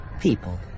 People